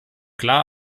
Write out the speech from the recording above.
klar